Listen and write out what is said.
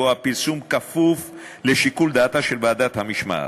שבו הפרסום כפוף לשיקול דעתה של ועדת המשמעת.